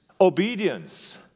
Obedience